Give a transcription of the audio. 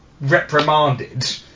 reprimanded